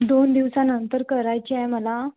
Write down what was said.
दोन दिवसानंतर करायचे आहे मला